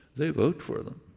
they vote for them.